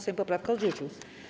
Sejm poprawkę odrzucił.